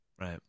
right